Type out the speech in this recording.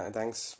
Thanks